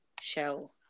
shell